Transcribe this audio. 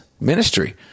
ministry